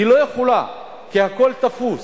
היא לא יכולה, כי הכול תפוס.